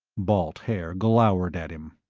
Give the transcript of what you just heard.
balt haer glowered at him.